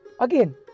Again